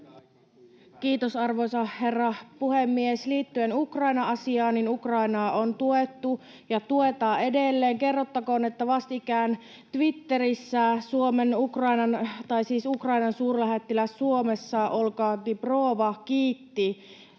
Kiitos, arvoisa herra puhemies! Liittyen Ukraina-asiaan, niin Ukrainaa on tuettu ja tuetaan edelleen. Kerrottakoon, että vastikään Twitterissä Ukrainan suurlähettiläs Suomessa, Olga Dibrova, kiitti